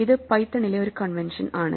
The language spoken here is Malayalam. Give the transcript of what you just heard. ഇത് പൈത്തണിലെ ഒരു കൺവെൻഷൻ ആണ്